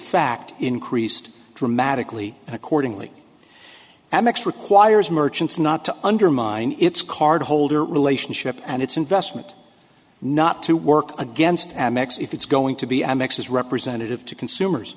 fact increased dramatically and accordingly amex requires merchants not to undermine its cardholder relationship and its investment not to work against amex if it's going to be amex representative to consumers